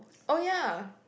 oh ya